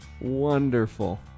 Wonderful